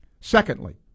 Secondly